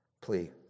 plea